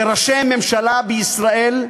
שראשי הממשלה בישראל,